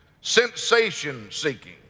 sensation-seeking